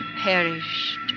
perished